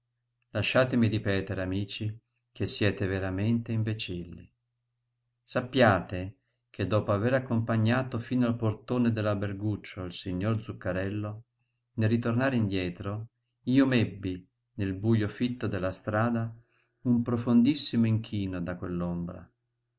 lasciatemi ripetere amici che siete veramente imbecilli sappiate che dopo aver accompagnato fino al portone dell'alberguccio il signor zuccarello nel ritornare indietro io m'ebbi nel bujo fitto della strada un profondissimo inchino da quell'ombra